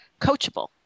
coachable